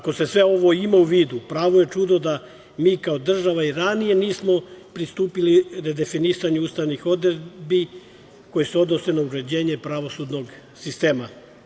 Ako se sve ovo ima u vidu, pravo je čudo da mi kao država i ranije nismo pristupili redefinisanju ustavnih odredbi koje se odnose na uređenje pravosudnog sistema.